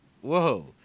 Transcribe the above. whoa